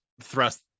thrust